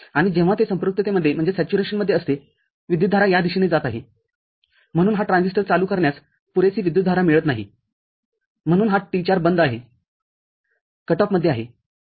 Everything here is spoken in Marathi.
आणि जेव्हा ते संपृक्ततेमध्ये असते विद्युतधारा या दिशेने जात आहेम्हणून हा ट्रान्झिस्टर चालू करण्यास पुरेसी विद्युतधारा मिळत नाही म्हणून हा T४ बंद आहेकट ऑफ मध्ये आहे